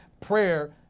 prayer